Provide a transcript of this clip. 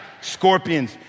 scorpions